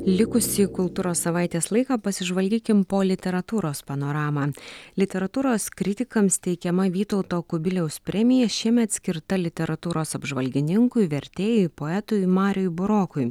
likusį kultūros savaitės laiką pasižvalgykim po literatūros panoramą literatūros kritikams teikiama vytauto kubiliaus premija šiemet skirta literatūros apžvalgininkui vertėjui poetui mariui burokui